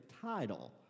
title